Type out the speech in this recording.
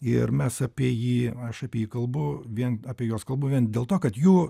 ir mes apie jį aš apie jį kalbu vien apie juos kalbu vien dėl to kad jų